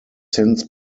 since